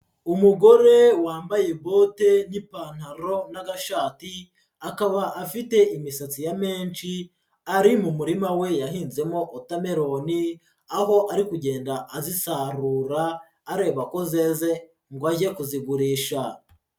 Umugore wambaye bote n'ipantaro n'agashati, akaba afite imisatsi ya menshi, ari mu murima we yahinzemo watermelon, aho ari kugenda azisarura areba ko zeze, ngo ajye kuzigurisha.